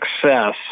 success